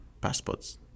passports